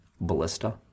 ballista